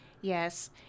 Yes